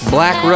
Black